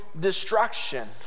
destruction